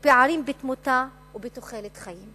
לפערים בתמותה ובתוחלת חיים.